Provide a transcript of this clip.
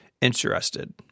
interested